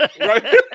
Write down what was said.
Right